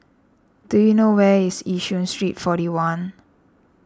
do you know where is Yishun Street forty one